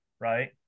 right